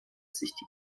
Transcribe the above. sich